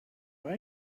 have